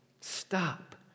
Stop